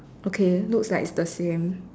okay looks like it's the same